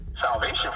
salvation